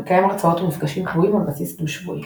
מקיים הרצאות ומפגשים קבועים על בסיס דו שבועי.